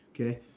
Okay